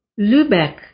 Lübeck